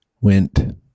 went